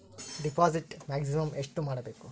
Deposit maximum ಎಷ್ಟು ಮಾಡಬೇಕು?